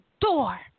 door